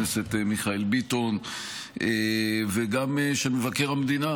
הכנסת מיכאל ביטון וגם של מבקר המדינה,